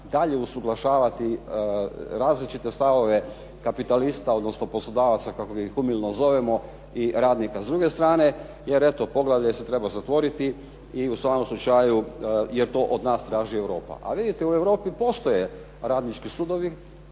dalje usuglašavati različite stavove kapitalista odnosno poslodavaca kako mi ih umilno zovemo i radnika s druge strane, jer eto poglavlje se treba zatvoriti i u svakom slučaju jer to od nas traži Europa. A vidite, u Europi postoje "radnički sudovi"